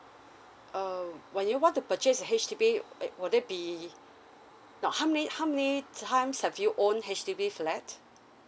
uh when you want to purchase the H_D_B eh will there be not how many how many times have you own H_D_B flat